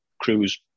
Crew's